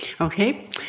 Okay